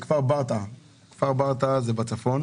האם לעמדתכם היה באישור הצו כדי לפגוע בעקרונות שנקבעו